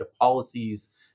policies